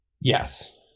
Yes